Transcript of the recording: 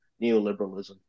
neoliberalism